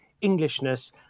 Englishness